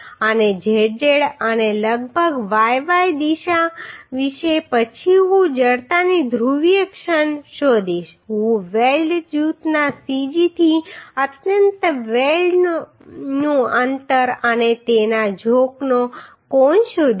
અને zz અને લગભગ yy દિશા વિશે પછી હું જડતાની ધ્રુવીય ક્ષણ શોધીશ હું વેલ્ડ જૂથના cg થી અત્યંત વેલ્ડનું અંતર અને તેના ઝોકનો કોણ શોધીશ